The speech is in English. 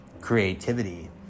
creativity